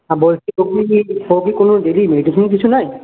আর বলছি যে ও কি কোনো ডেলি মেডিসিন কিছু নেয়